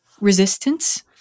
resistance